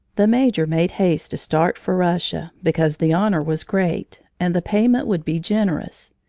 the major made haste to start for russia, because the honor was great, and the payment would be generous.